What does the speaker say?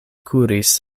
kuris